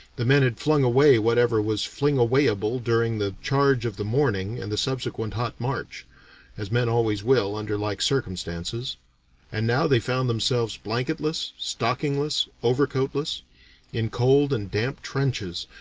the men had flung away whatever was fling-away-able during the charge of the morning and the subsequent hot march as men always will, under like circumstances and now they found themselves blanketless, stockingless, overcoatless in cold and damp trenches,